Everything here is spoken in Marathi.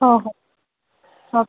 हो हो ओक